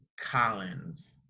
Collins